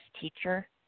teacher